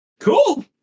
Cool